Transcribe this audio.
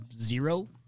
zero